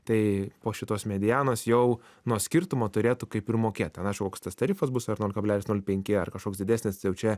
tai po šitos medianos jau nuo skirtumo turėtų kaip ir mokėt ten aišku koks tas tarifas bus ar nol kablelis nol penki ar kažkoks didesnis čia